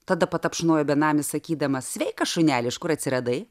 tada patapšnojo benamį sakydamas sveikas šuneli iš kur atsiradai